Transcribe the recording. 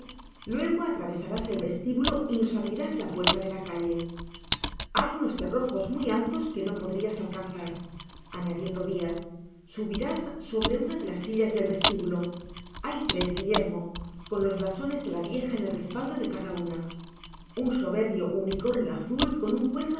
luego atravesarás el vestibulo y nos abrirás la puerta de la calle hay unos cerrojos muy altos que no podrias alcanzar añadió tobiassubirás sobre una de las sillas del vestibulo hay tres guillermo con los blasones de la vieja en el respaldo de cada una un soberbio unicornio azul con un